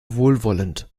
wohlwollend